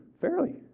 fairly